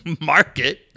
market